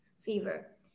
fever